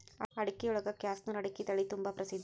ಅಡಿಕಿಯೊಳಗ ಕ್ಯಾಸನೂರು ಅಡಿಕೆ ತಳಿತುಂಬಾ ಪ್ರಸಿದ್ಧ